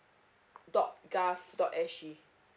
dot gaf dot S G